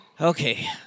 Okay